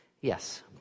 yes